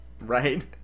Right